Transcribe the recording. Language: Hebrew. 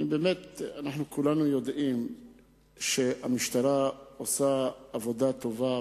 כולנו יודעים שהמשטרה עושה עבודה טובה,